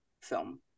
film